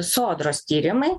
sodros tyrimai